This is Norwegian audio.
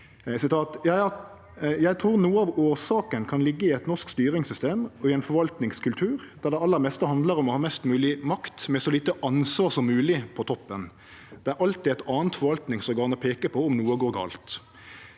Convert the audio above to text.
«Jeg tror noe av årsaken kan ligge i et norsk styringssystem, og i en forvaltningskultur, der det aller meste handler om å ha mest mulig makt, med så lite ansvar som mulig, på toppen.» Han legg til at det alltid er eit anna forvaltningsorgan å peike på om noko går galt,